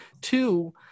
two